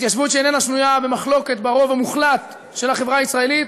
התיישבות שאיננה שנויה במחלוקת ברוב המוחלט של החברה הישראלית,